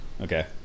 Okay